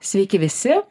sveiki visi